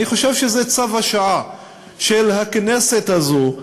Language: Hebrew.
אני חושב שזה צו השעה של הכנסת הזו,